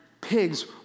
pigs